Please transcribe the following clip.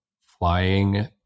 flying